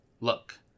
Look